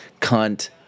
cunt